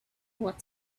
what